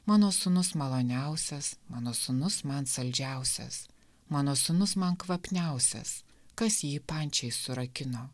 mano sūnus maloniausias mano sūnus man saldžiausias mano sūnus man kvapniausias kas į jį pančiai surakino